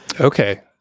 Okay